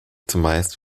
zumeist